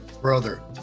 Brother